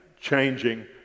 changing